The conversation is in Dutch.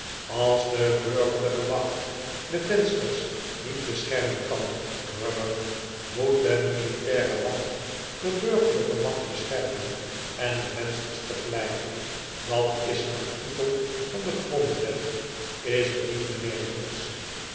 als de burgerlijke macht de vensters niet beschermen kan grummer moet de militaire macht de burgerlijke macht beschermen en de vensters tegelijk dat is een artikel van de grondwet is het niet mijnheer jinks